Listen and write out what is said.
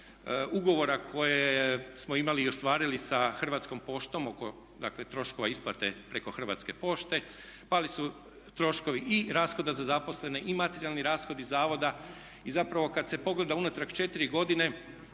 ugovora koje smo imali i ostvarili sa Hrvatskom poštom oko dakle troškova isplate preko Hrvatske pošte, pali su troškovi i rashoda za zaposlene i materijalni rashodi zavoda. I zapravo kad se pogleda unatrag 4 godine